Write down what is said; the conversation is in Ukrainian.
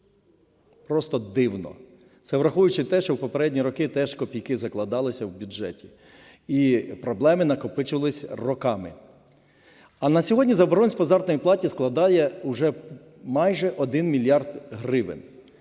Просто дивно. Це, враховуючи те, що в попередні роки теж копійки закладалися в бюджеті, і проблеми накопичувались роками. А на сьогодні заборгованість по заробітній платі складає уже майже 1 мільярд гривень.